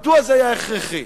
מדוע זה היה הכרחי?